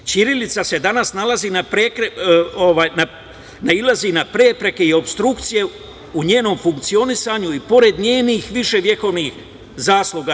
Ćirilica danas nailazi na prepreke i opstrukcije u njenom funkcionisanju i pored njenih viševekovnih zasluga.